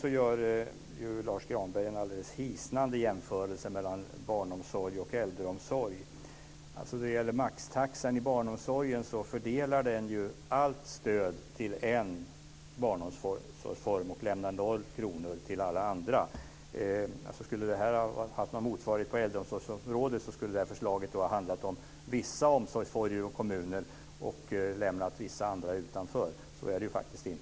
Sedan gör Lars Granberg en alldeles hisnande jämförelse mellan barnomsorg och äldreomsorg. Maxtaxan i barnomsorgen fördelar ju allt stöd till en barnomsorgsform och lämnar noll kronor till alla andra. Om detta skulle ha haft någon motsvarighet på äldreomsorgsområdet skulle förslaget ha handlat om vissa omsorgsformer och kommuner och lämnat vissa andra utanför. Så är det ju faktiskt inte.